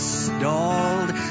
stalled